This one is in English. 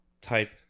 type